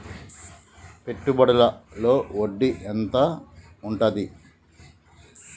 పెట్టుబడుల లో వడ్డీ ఎంత ఉంటది?